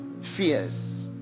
fears